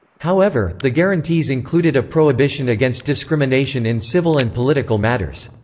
however, the guarantees included a prohibition against discrimination in civil and political matters.